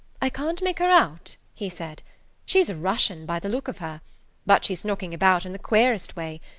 i can't make her out, he said she's a russian, by the look of her but she's knocking about in the queerest way.